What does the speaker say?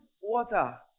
water